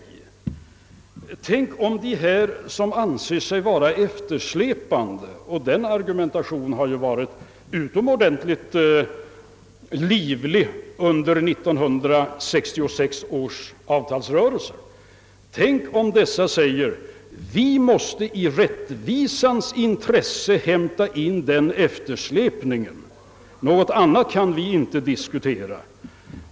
Tänk om företrädarna för de grupper som anser sig vara eftersläpande säger — den argumentationen har ju varit utomordentligt livlig under 1966 års avtalsrörelse — att vi måste i rättvisans namn hämta in vår eftersläpning; något annat kan vi inte diskutera.